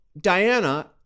diana